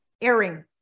airing